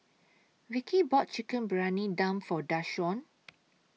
Vicky bought Chicken Briyani Dum For Dashawn